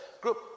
group